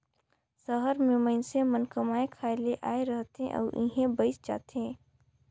सहर में मइनसे मन कमाए खाए ले आए रहथें अउ इहें बइस जाथें